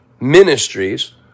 ministries